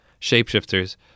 shapeshifters